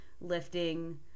lifting